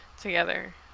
together